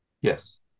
yes